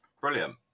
Brilliant